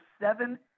seven